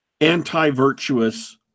anti-virtuous